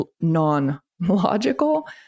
non-logical